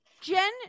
jen